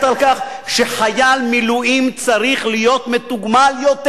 על כך שחייל מילואים צריך להיות מתוגמל יותר.